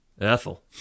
Ethel